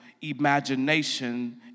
imagination